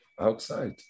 Outside